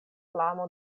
flamo